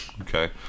okay